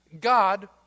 God